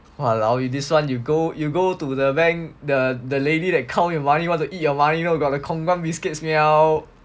!walao! eh this one you go you go to the bank the lady that count your money want to eat money you know got the Khong Guan biscuits smell